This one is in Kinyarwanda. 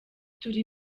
turi